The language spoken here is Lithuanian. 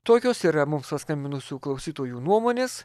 tokios yra mums paskambinusių klausytojų nuomonės